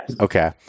okay